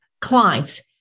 clients